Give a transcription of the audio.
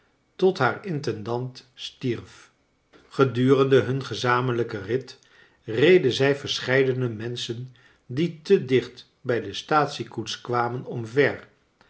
tot haax intendant stierf gedurende hun gezamenlijken rit reden zij verscheidene menschen die te dicht bij de staatsiekoets kwamen omver